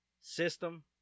system